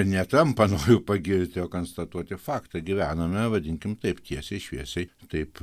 ne trampą noriu pagirti o konstatuoti faktą gyvename vadinkim taip tiesiai šviesiai taip